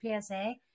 psa